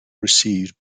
received